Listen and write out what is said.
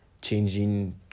changing